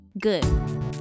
good